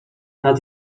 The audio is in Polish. nad